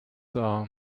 are